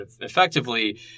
effectively